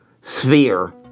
sphere